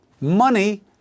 Money